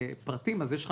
ניכויים זה גם